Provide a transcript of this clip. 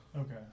Okay